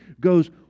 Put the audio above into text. goes